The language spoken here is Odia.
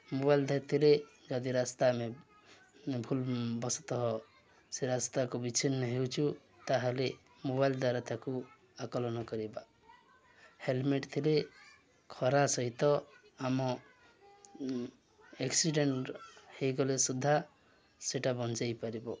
ମୋବାଇଲ୍ ଧରିଥିଲେ ଥିଲେ ଯଦି ରାସ୍ତା ଆମେ ଭୁଲ୍ ବସତଃ ସେ ରାସ୍ତାକୁ ବିଛିନ୍ନ ହେଉଛୁ ତା'ହେଲେ ମୋବାଇଲ୍ ଦ୍ୱାରା ତାକୁ ଆକଳନ କରିବା ହେଲ୍ମେଟ୍ ଥିଲେ ଖରା ସହିତ ଆମ ଏକ୍ସିଡେଣ୍ଟ୍ ହୋଇଗଲେ ସୁଦ୍ଧା ସେଇଟା ବଞ୍ଚାଇ ପାରିବ